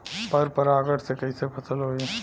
पर परागण से कईसे फसल होई?